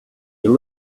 you